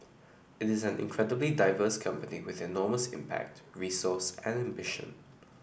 it is an incredibly diverse company with enormous impact resource and ambition